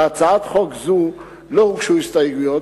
להצעת חוק זו לא הוגשו הסתייגויות,